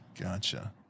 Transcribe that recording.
Gotcha